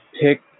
pick